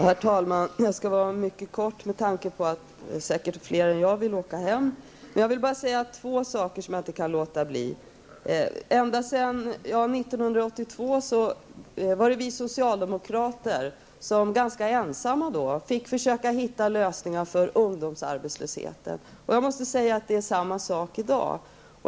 Herr talman! Jag skall fatta mig mycket kort med tanke på att säkert fler än jag vill åka hem. Jag vill dock ta upp två saker. År 1982 fick vi socialdemokrater ganska ensamma försöka hitta lösningar på ungdomsarbetslösheten. Jag måste säga att det är samma sak i dag.